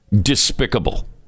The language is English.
despicable